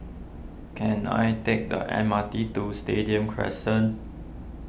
can I take the M R T to Stadium Crescent